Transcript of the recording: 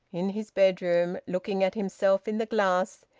in his bedroom, looking at himself in the glass,